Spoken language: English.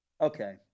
Okay